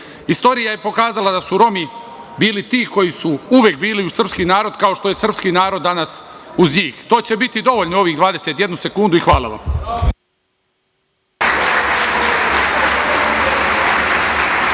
čuvali. Istorija je pokazala da su Romi bili ti koji su uvek bili uz srpski narod, kao što je srpski narod danas uz njih. Za to će biti dovoljno ovih 21 sekundu. Hvala vam.